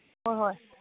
ꯍꯣꯏ ꯍꯣꯏ